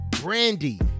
Brandy